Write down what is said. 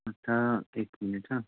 आता एक मिनिट हां